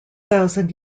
thousand